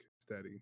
steady